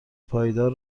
پایدار